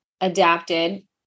adapted